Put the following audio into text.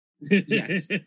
Yes